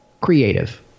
creative